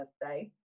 birthday